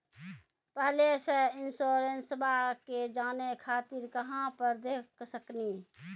पहले के इंश्योरेंसबा के जाने खातिर कहां पर देख सकनी?